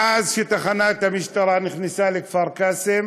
מאז שתחנת המשטרה נכנסה לכפר קאסם